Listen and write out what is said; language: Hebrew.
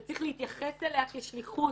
וצריך להתייחס אליה כשליחות,